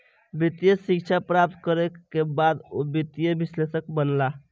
वित्तीय शिक्षा प्राप्त करै के बाद ओ वित्तीय विश्लेषक बनला